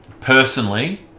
personally